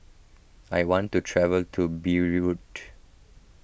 I want to travel to Beirut